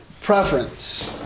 preference